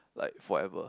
like forever